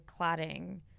cladding